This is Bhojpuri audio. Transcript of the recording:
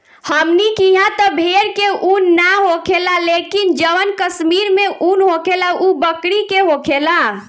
हमनी किहा त भेड़ के उन ना होखेला लेकिन जवन कश्मीर में उन होखेला उ बकरी के होखेला